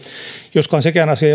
joskaan sekään asia